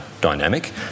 dynamic